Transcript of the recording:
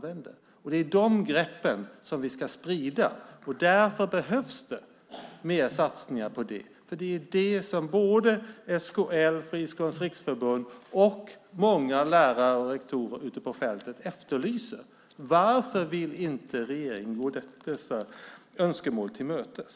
Det är de greppen vi ska sprida. Därför behövs det mer satsningar på det. Det är något som både SKL, Friskolornas Riksförbund och många lärare och rektorer på fältet efterlyser. Varför vill inte regeringen gå dessa önskemål till mötes?